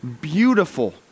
beautiful